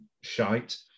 shite